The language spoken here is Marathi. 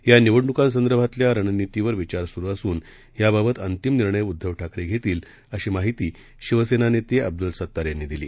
यानिवडणुकांसंदर्भातल्यारणनीतीवरविचारसुरूअसून याबाबतअंतिमनिर्णयउद्धवठाकरेघेतील अशीमाहितीशिवसेनानेतेअब्दुलसत्तारयांनीदिली